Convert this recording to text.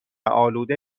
آلوده